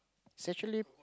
actually